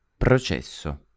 Processo